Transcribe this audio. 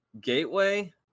gateway